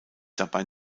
dabei